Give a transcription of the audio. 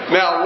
Now